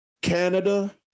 Canada